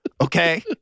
Okay